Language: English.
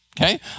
okay